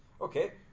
Okay